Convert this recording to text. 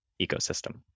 ecosystem